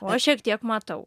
o aš šiek tiek matau